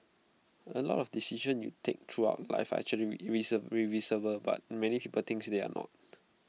A lot of decisions you take throughout life are actually reversible but many people thinks they're not